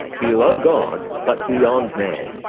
below god but beyond man,